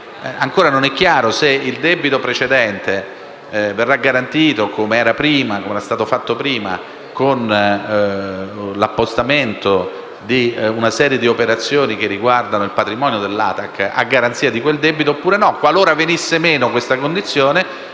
Ancora non è chiaro se il debito precedente verrà o no garantito - è stato fatto prima - con l'appostamento di una serie di operazioni che riguardano il patrimonio dell'ATAC a garanzia di quel debito. Qualora venisse meno questa condizione,